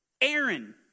Aaron